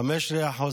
15%